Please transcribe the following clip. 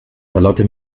charlotte